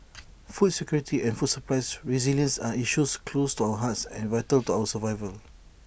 food security and food supply's resilience are issues close to our hearts and vital to our survival